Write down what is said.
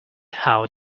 how